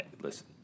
Listen